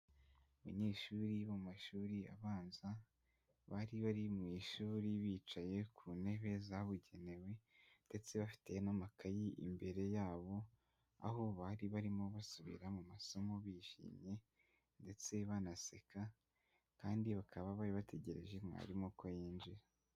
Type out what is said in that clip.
Abanyeshuri bo mu mashuri abanza, bari bari mu ishuri bicaye ku ntebe zabugenewe ndetse bafite n'amakayi imbere yabo, aho bari barimo basubira mu masomo bishimye ndetse banaseka kandi bakaba bari bategereje mwarimu ko yinjira.